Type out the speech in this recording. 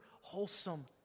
wholesome